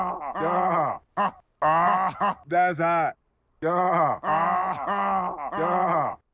ah. ah ah that's ah hot. yeah, ah.